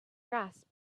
grasp